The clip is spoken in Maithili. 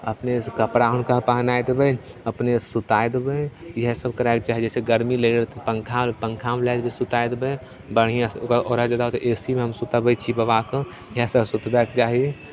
अपनेसे कपड़ा हुनका पहिरा देबै अपनेसे सुतै देबै इएहसब करैके चाही जइसे गरमी लागि रहल छै तऽ पन्खा पन्खामे लै जेबै सुतै देबै बढ़िआँसे ओकरासे आओर जादा होतै तऽ ए सी मे सुतबै छै बाबाके इएहसब सुतबैके चाही